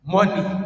Money